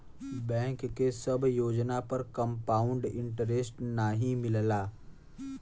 bank के सब योजना पर कंपाउड इन्टरेस्ट नाहीं मिलला